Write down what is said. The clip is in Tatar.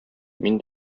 мин